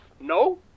No